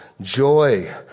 joy